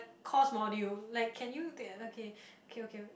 course module like can you take okay okay okay